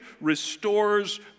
restores